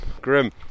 grim